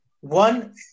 one